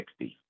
60